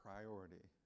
Priority